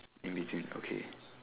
in between okay